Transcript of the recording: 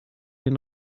den